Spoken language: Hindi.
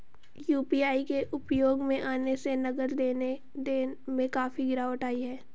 यू.पी.आई के उपयोग में आने से नगद लेन देन में काफी गिरावट आई हैं